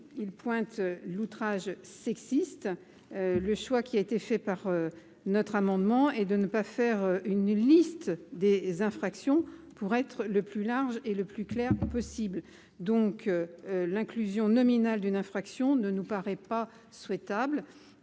il pointe l'outrage sexiste, le choix qui a été fait par notre amendement et de ne pas faire une liste des infractions pour être le plus large et le plus clair possible donc l'inclusion nominale d'une infraction ne nous paraît pas souhaitable,